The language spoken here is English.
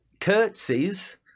curtsies